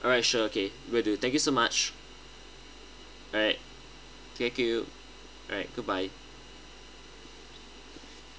alright sure okay will do thank you so much alright thank you alright good bye